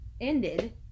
ended